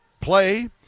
play